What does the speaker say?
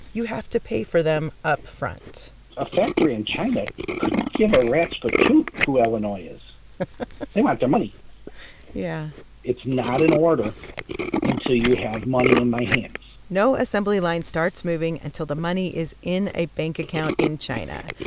you have to pay for them upfront a factory in china could give a rat's patoot who illinois is. they want their money yeah it's not an order until you have money in my hands no assembly line starts moving until the money is in a bank account in china.